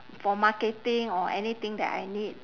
for marketing or anything that I need